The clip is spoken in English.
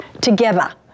together